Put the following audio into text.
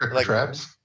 traps